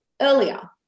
earlier